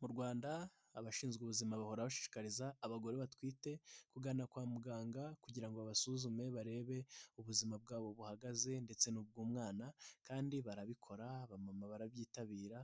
Mu Rwanda abashinzwe ubuzima bahora bashishikariza abagore batwite kugana kwa muganga kugira ngo babasuzume barebe ubuzima bwabo buhagaze ndetse n'ubw'umwana kandi barabikora, abamama barabyitabira,